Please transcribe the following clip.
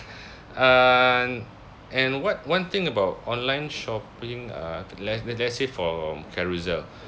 uh and what one thing about online shopping uh let let's say for carousell